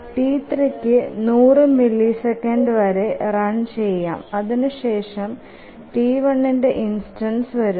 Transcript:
T3കു 100മില്ലിസെക്കൻഡ് വരെ റൺ ചെയാം അതിനു ശേഷം T1ന്ടെ ഇൻസ്റ്റൻസ് വരുന്നു